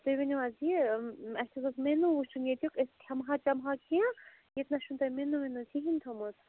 تُہۍ ؤنِو حظ یہِ اَسہِ حظ اوس مینوٗ وٕچھُن ییٚتیُک أسۍ کھٮ۪مہٕ ہا چٮ۪مہا کیٚنٛہہ ییٚتہِ نہ چھُنہٕ تۄہہِ مِنوٗ وِنہٕ کِہیٖنۍ تھوٚمُت